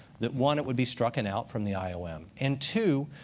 that one, it would be stricken out from the ah iom, and two,